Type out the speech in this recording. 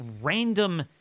random